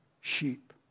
sheep